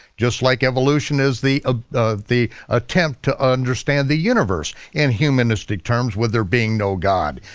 just like evolution is the ah the attempt to understand the universe in humanistic terms with there being no god.